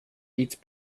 eats